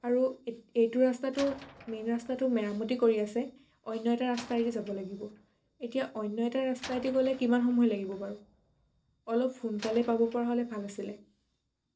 আৰু এই এইটো ৰাস্তাটো মেইন ৰাস্তাটো মেৰামতি কৰি আছে অন্য এটা ৰাস্তাইদি যাব লাগিব এতিয়া অন্য এটা ৰাস্তাইদি গ'লে কিমান সময় লাগিব বাৰু অলপ সোনকালে পাব পৰা হ'লে ভাল আছিলে